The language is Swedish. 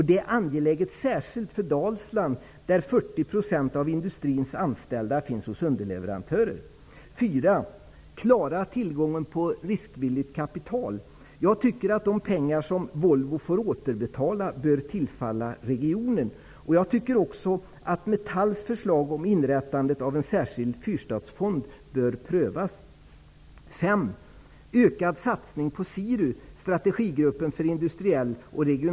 Det är särskilt angeläget för Dalsland där 40 % av industrins anställda finns hos underleverantörer. 4. Klara tillgången på riskvilligt kapital. Jag tycker att de pengar som Volvo får återbetala bör tillfalla regionen. Jag tycker också att Metalls förslag om inrättandet av en särskild Fyrstadsfond bör prövas.